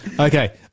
Okay